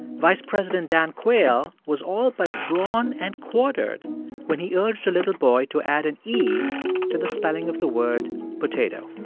vice president dan quayle was all but drawn and quartered when he urged a little boy to add an e to the spelling of the word potato.